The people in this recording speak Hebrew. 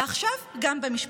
ועכשיו גם במשפט.